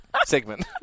segment